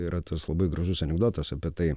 yra tas labai gražus anekdotas apie tai